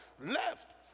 left